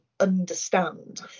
understand